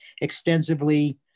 extensively